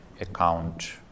account